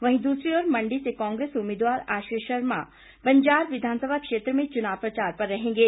वहीं दूसरी और मंडी से कांग्रेस उम्मीदवार आश्रय शर्मा बंजार विधानसभा क्षेत्र में चुनाव प्रचार पर रहेंगे